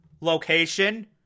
location